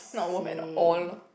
not worth at all